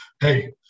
hey